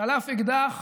שלף אקדח